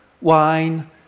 wine